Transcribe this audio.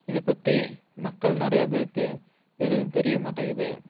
இது பற்றி மக்கள் நிறையா பேருக்கு எதுவும் தெரிய மாட்டேங்கிது